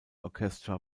orchestra